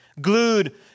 glued